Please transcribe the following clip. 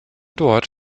dort